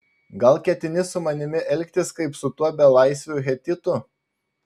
gal ketini su manimi elgtis kaip su tuo belaisviu hetitu